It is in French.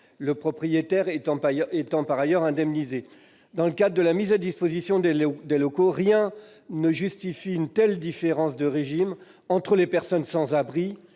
le propriétaire étant, par ailleurs, indemnisé. Dans le cadre de la mise à disposition des locaux, rien ne justifie une telle différence de régime entre les personnes sans abri